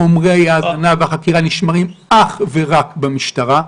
חומרי ההאזנה והחקירה נשמרים אך ורק במשטרה,